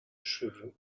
cheveux